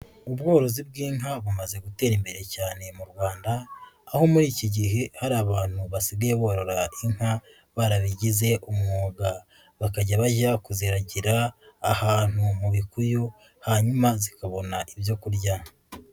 Ubworozi bw'inka bumaze gutera imbere cyane mu Rwanda, aho muri iki gihe hari abantu basigaye bororara inka barabigize umwuga, bakajya bajya kuziragira ahantu mu bikuyu, hanyuma zikabona ibyo kurya.